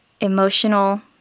emotional